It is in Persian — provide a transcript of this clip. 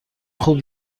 خوب